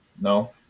No